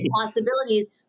possibilities